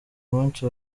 munsi